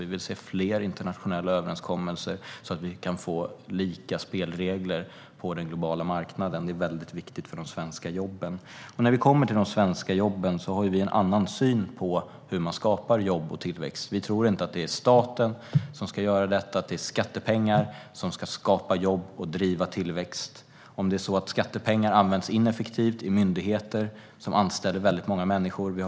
Vi vill se fler internationella överenskommelser så att vi kan få lika spelregler på den globala marknaden. Det är väldigt viktigt för de svenska jobben. När det kommer till de svenska jobben har vi en annan syn på hur man skapar jobb och tillväxt. Vi tror inte att det är staten som ska göra detta, att det är skattepengar som ska skapa jobb och driva tillväxt. Pengar används ineffektivt i myndigheter som anställer väldigt många människor.